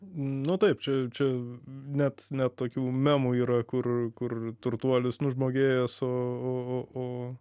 nu taip čia čia net net tokių memų yra kur kur turtuolis nužmogėjęs o o o o